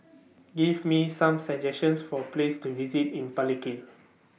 Give Me Some suggestions For Places to visit in Palikir